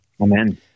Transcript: Amen